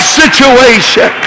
situation